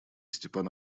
степан